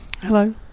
Hello